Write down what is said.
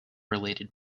related